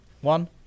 One